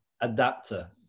adapter